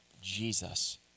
Jesus